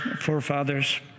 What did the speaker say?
forefathers